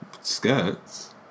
Skirts